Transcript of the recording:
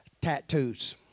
Tattoos